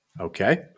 Okay